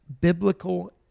biblical